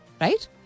right